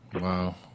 Wow